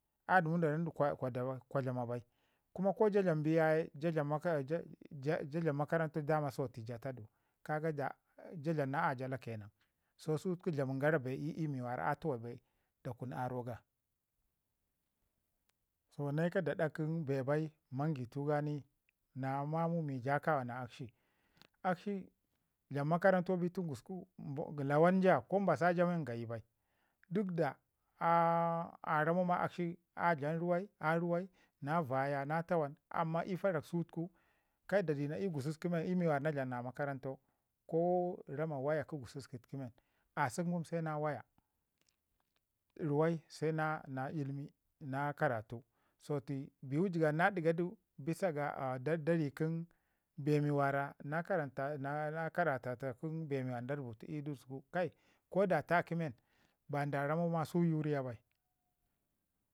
adumu da ramdu "kwa a kwa" dlam bai. Kuma ko ja dlam bi yaye "ja dlam maka ja dlam" makarantau ja tadu, ke da ja dlam na ajala ke nan. Sutuku dlaman gara bee ii iyu wara tuwayu bai da kun aro ga, so naika da ɗa kən bee bai man gitu ga na mamau mi ja kawa na akshi, akshi dlam makarantau bi tən gusku lawan ja ko mbasa ja men gayi bai. Duk da ramau ma akshi a dlam ruwai a ruwai a na baya na tawan amma ii fərak sutuku kai da dena ii gusuku men ii mi wara dlam na makarantau ko rama waya kə gusuku tuku men, asək wun se na waya ruwai se na ilimi na karatu. So tai biwu jigab na ɗigadu bisa ga da ri kən ke bee mi wara na karatata kə bee mi da rubutu ii dəsku, kai ko da taaki men ba da ramau ma su uriyai bai,